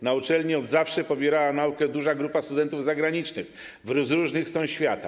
Na uczelni od zawsze pobierała naukę duża grupa studentów zagranicznych z różnych stron świata.